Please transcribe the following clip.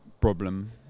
problem